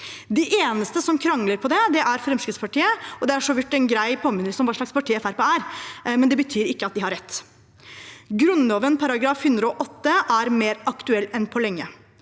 Det eneste partiet som krangler på det, er Fremskrittspartiet. Det er for så vidt en grei påminnelse om hva slags parti Fremskrittspartiet er, men det betyr ikke at de har rett. Grunnloven § 108 er mer aktuell enn på lenge.